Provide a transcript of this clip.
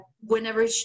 whenever